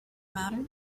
matter